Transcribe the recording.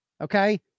Okay